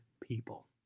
people